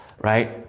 right